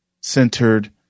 centered